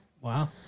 Wow